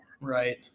Right